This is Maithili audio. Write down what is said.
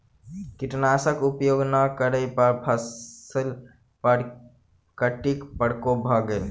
कीटनाशक उपयोग नै करै पर फसिली पर कीटक प्रकोप भ गेल